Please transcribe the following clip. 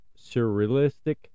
surrealistic